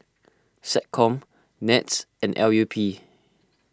SecCom NETS and L U P